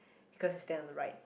because you stand on the right